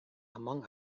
among